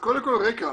קודם כל רקע.